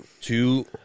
Two